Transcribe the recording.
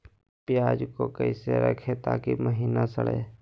प्याज को कैसे रखे ताकि महिना सड़े?